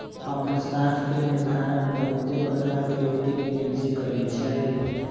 हमर साख के निर्धारण बहुते प्रकार के रेटिंग एजेंसी करइ छै